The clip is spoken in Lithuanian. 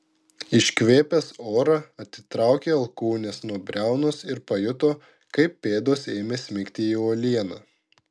iškvėpęs orą atitraukė alkūnes nuo briaunos ir pajuto kaip pėdos ėmė smigti į uolieną